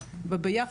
ספרי לנו.